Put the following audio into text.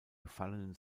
gefallenen